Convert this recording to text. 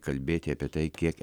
kalbėti apie tai kiek